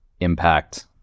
impact